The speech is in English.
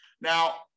Now